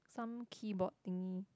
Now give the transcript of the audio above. some keyboard thingy